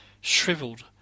shriveled